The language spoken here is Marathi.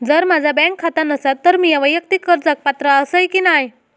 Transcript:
जर माझा बँक खाता नसात तर मीया वैयक्तिक कर्जाक पात्र आसय की नाय?